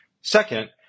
Second